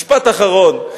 משפט אחרון.